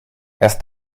erst